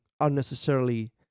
unnecessarily